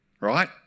right